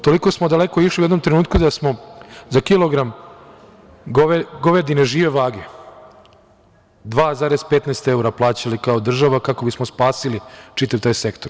Toliko smo daleko išli u jednom trenutku da smo za kilogram govedine žive vage plaćali 2,15 evra kao država kako bismo spasili čitav taj sektor.